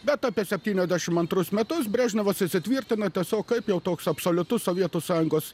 bet apie septyniasdešimt antrus metus brežnevas įsitvirtina tiesiog kaip jau toks absoliutus sovietų sąjungos